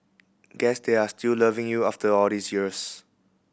guess they are still loving you after all these years